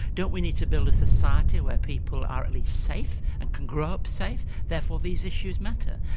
don't we need to build a society where people are at least safe? and can grow up safe? therefore these issues matter.